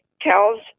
tells